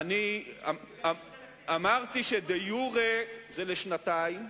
אמרתי שדה-יורה זה לשנתיים,